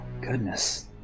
goodness